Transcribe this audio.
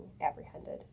apprehended